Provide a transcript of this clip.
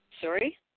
Sorry